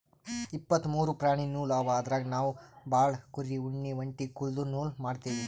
ಇಪ್ಪತ್ತ್ ಮೂರು ಪ್ರಾಣಿ ನೂಲ್ ಅವ ಅದ್ರಾಗ್ ನಾವ್ ಭಾಳ್ ಕುರಿ ಉಣ್ಣಿ ಒಂಟಿ ಕುದಲ್ದು ನೂಲ್ ಮಾಡ್ತೀವಿ